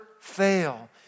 fail